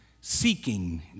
seeking